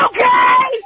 Okay